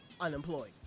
unemployed